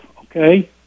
okay